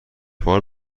بار